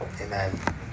amen